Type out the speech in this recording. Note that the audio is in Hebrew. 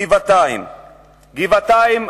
גבעתיים,